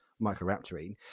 Microraptorine